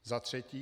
Za třetí.